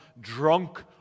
drunk